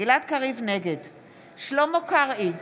שלמה קרעי,